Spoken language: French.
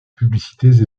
publicités